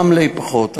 רמלה פחות,